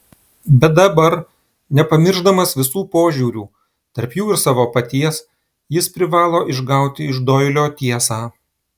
bet dabar nepamiršdamas visų požiūrių tarp jų ir savo paties jis privalo išgauti iš doilio tiesą